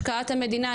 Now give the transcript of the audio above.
השקעת המדינה,